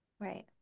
Right